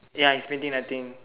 ya he's painting I think